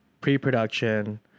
pre-production